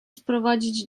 sprowadzić